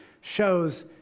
shows